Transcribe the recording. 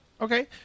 Okay